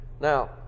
Now